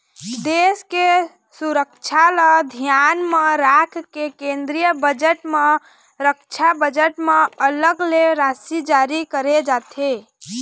देश के सुरक्छा ल धियान म राखके केंद्रीय बजट म रक्छा बजट म अलग ले राशि जारी करे जाथे